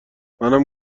منم